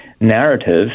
narrative